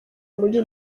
muri